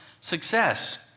success